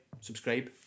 subscribe